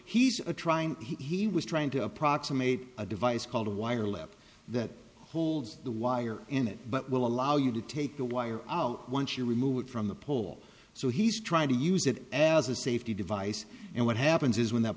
he's trying he was trying to approximate a device called a wire loop that holds the wire in it but will allow you to take the wire out once you remove it from the pole so he's trying to use it as a safety device and what happens is when that